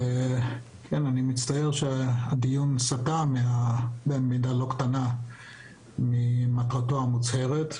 אני מצטער שהדיון סטה במידה לא קטנה ממטרתו המוצהרת,